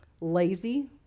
Lazy